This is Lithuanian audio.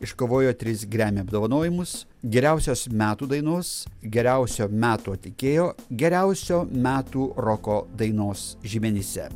iškovojo tris grammy apdovanojimus geriausios metų dainos geriausio metų atlikėjo geriausio metų roko dainos žymenyse